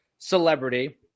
celebrity